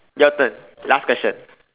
your turn last question